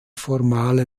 formale